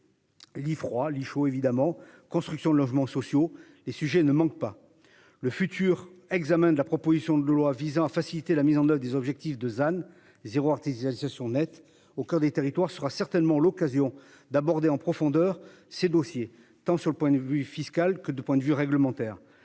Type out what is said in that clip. Lits froids chaud évidemment, construction de logements sociaux. Les sujets ne manquent pas. Le futur examen de la proposition de loi visant à faciliter la mise en oeuvre des objectifs de. Zéro artificialisation nette au coeur des territoires sera certainement l'occasion d'aborder en profondeur ces dossiers tant sur le point de vue fiscal que du point de vue réglementaire,